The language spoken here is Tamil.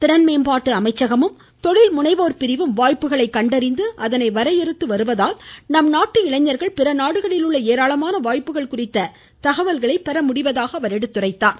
திறன் மேம்பாட்டு அமைச்சகமும் தொழில் முனைவோர் பிரிவும் வாய்ப்புகளை கண்டறிந்து அதை வரையறுத்து வருவதால் நம் நாட்டு இளைஞர்கள் பிற நாடுகளில் உள்ள ஏராளமான வாய்ப்புகள் குறித்த தகவல்களை பெறுவதாக எடுத்துரைத்தார்